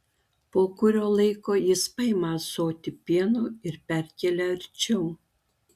po kurio laiko jis paima ąsotį pieno ir perkelia arčiau